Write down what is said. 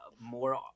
more